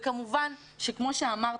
כמובן שכמו שאמרת,